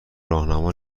راهنما